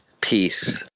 peace